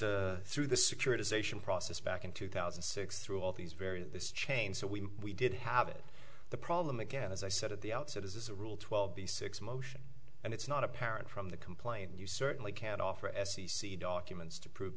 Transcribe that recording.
it through the securitization process back in two thousand and six through all these various chains so we we did have it the problem again as i said at the outset as a rule twelve b six motion and it's not apparent from the complaint you certainly can't offer f c c documents to prove